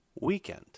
weekend